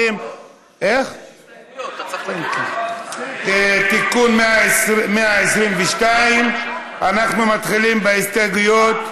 122), התשע"ח 2018. אנחנו מתחילים בהסתייגויות.